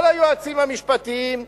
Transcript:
כל היועצים המשפטיים,